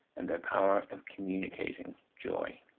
and their power of communicating joy.